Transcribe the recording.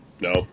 No